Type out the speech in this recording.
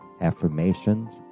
affirmations